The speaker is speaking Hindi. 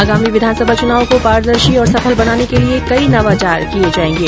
आगामी विधानसभा चुनाव को पारदर्शी और सफल बनाने के लिए कई नवाचार किये जायेंगे